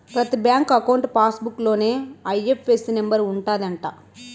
ప్రతి bank account passbook లోనే IFSC number ఉంటది అంట